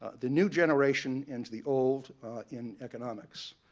the new generation and the old in economics.